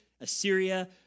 Assyria